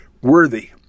worthy